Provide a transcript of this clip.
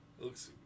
looks